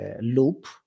loop